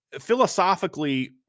philosophically